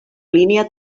línia